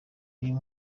uyu